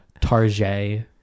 Tarjay